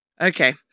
Okay